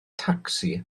tacsi